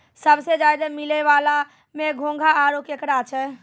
सबसें ज्यादे मिलै वला में घोंघा आरो केकड़ा छै